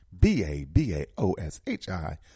b-a-b-a-o-s-h-i